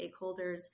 stakeholders